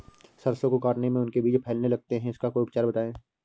सरसो को काटने में उनके बीज फैलने लगते हैं इसका कोई उपचार बताएं?